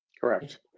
Correct